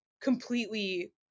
completely